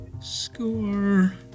Score